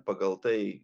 pagal tai